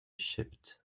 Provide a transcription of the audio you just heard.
shipped